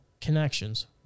connections